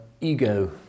ego